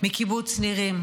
מקיבוץ נירים.